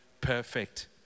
perfect